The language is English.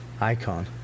Icon